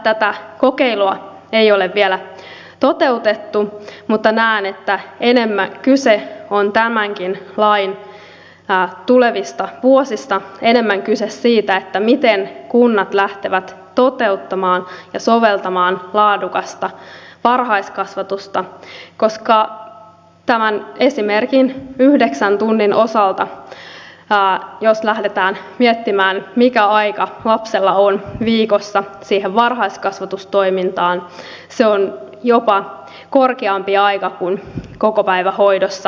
tätä kokeilua ei ole vielä toteutettu mutta näen että enemmän kyse on tämänkin lain tulevista vuosista enemmän kyse siitä miten kunnat lähtevät toteuttamaan ja soveltamaan laadukasta varhaiskasvatusta koska tämän esimerkin yhdeksän tunnin osalta jos lähdetään miettimään mikä aika lapsella on viikossa siihen varhaiskasvatustoimintaan se on jopa korkeampi aika kuin kokopäivähoidossa päiväkodissa